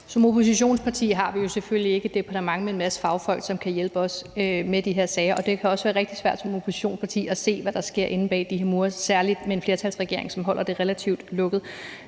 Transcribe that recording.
Som oppositionsparti har vi jo selvfølgelig ikke et departement med en masse fagfolk, som kan hjælpe os med de her sager, og det kan også være rigtig svært som oppositionsparti at se, hvad der sker inde bag de mure, særlig med en flertalsregering, som holder det relativt lukket.